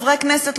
חברי כנסת,